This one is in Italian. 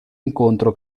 incontro